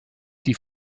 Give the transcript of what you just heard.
die